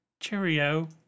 Cheerio